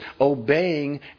obeying